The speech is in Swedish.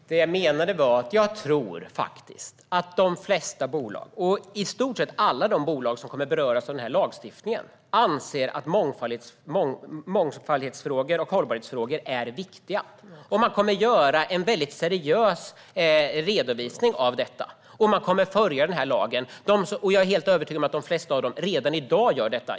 Fru talman! Det jag menade var att jag tror att de flesta bolag - och i stort sett alla de bolag som kommer att beröras av den här lagstiftningen - anser att mångfaldsfrågor och hållbarhetsfrågor är viktiga. Man kommer att göra en väldigt seriös redovisning av detta, och man kommer att följa den här lagen. Jag är helt övertygad om att de flesta av dem gör detta redan i dag.